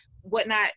whatnot